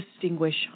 distinguish